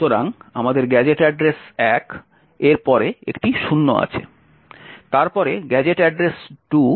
সুতরাং আমাদের gadget address 1 এর পরে একটি 0 আছে তারপরে গ্যাজেট ঠিকানা 2